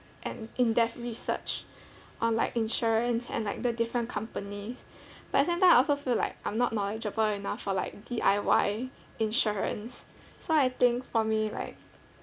and in depth research on like insurance and like the different companies but at same time I also feel like I'm not knowledgeable enough for like D_I_Y insurance so I think for me like